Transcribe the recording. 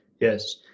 Yes